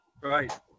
Right